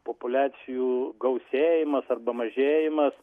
populiacijų gausėjimas arba mažėjimas